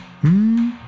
hmm